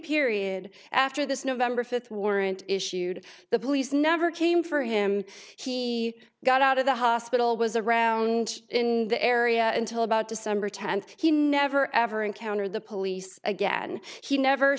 period after this november fifth warrant issued the police never came for him he got out of the hospital was a round in the area until about december tenth he never ever encountered the police again he never